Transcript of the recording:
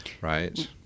right